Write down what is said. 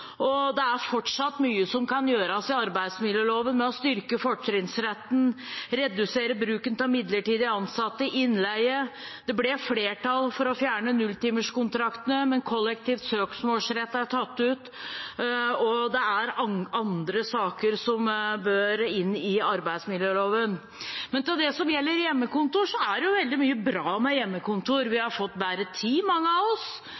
og det er fortsatt mye som kan gjøres i arbeidsmiljøloven – styrke fortrinnsretten, redusere bruken av midlertidig ansatte og innleie. Det ble flertall for å fjerne nulltimerskontraktene, men kollektiv søksmålsrett er tatt ut. Det er andre saker som bør inn i arbeidsmiljøloven. Men til det som gjelder hjemmekontor: Det er veldig mye bra med hjemmekontor. Mange av oss